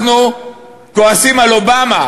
אנחנו כועסים על אובמה,